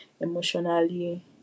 emotionally